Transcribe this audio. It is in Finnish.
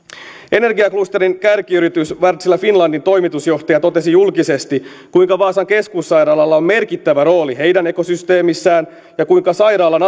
energiaklusterin kärkiyritys wärtsilä finlandin toimitusjohtaja totesi julkisesti kuinka vaasan keskussairaalalla on merkittävä rooli heidän ekosysteemissään ja kuinka sairaalan